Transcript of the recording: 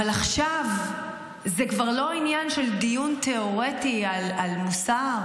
אבל עכשיו זה כבר לא עניין של דיון תיאורטי על מוסר,